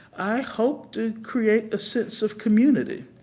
i hope to create a sense of community.